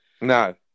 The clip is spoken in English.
no